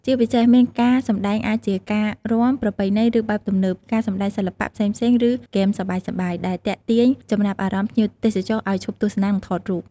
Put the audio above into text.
ជាពីសេសមានការសម្ដែងអាចជា ការរាំ ប្រពៃណី ឬបែបទំនើប ការសំដែងសិល្បៈ ផ្សេងៗ ឬ ហ្គេមសប្បាយៗ ដែលទាក់ទាញចំណាប់អារម្មណ៍ភ្ញៀវទេសចរឲ្យឈប់ទស្សនា និងថតរូប។